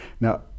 Now